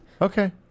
Okay